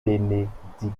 bénédictins